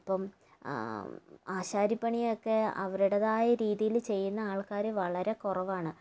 ഇപ്പം ആശാരിപ്പണിയൊക്കെ അവരുടേതായ രീതിയില് ചെയ്യുന്ന ആൾക്കാര് വളരെ കുറവാണ്